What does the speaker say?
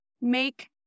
make